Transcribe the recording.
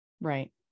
Right